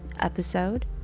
episode